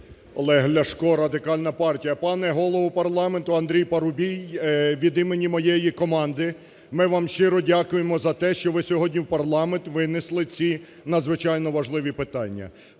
Олег Ляшко, Радикальна партія. Пане Голово парламенту Андрій Парубій, від імені моєї команди ми вам щиро дякуємо за те, що ви сьогодні в парламент винесли ці надзвичайно важливі питання.